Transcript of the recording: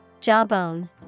Jawbone